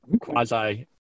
quasi